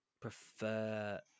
prefer